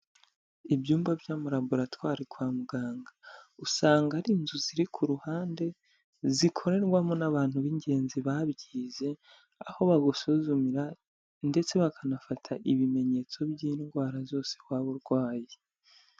Ibyumba by'amaraboratwari kwa muganga, usanga ari inzu ziri ku ruhande zikorerwamo n'abantu b'ingenzi babyize, aho bagusuzumira ndetse bakanafata ibimenyetso by'indwara zose waba urwaye.